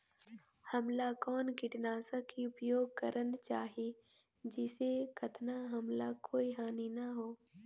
हमला कौन किटनाशक के उपयोग करन चाही जिसे कतना हमला कोई हानि न हो?